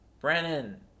Brennan